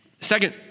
Second